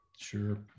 Sure